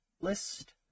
list